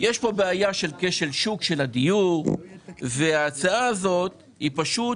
יש כאן בעיה של כשל שוק של הדיור וההצעה הזאת היא פשוט